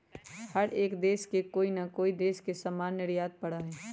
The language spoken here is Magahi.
हर एक देश के कोई ना कोई देश से सामान निर्यात करे पड़ा हई